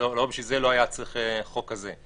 בשביל זה לא היה צריך חוק כזה.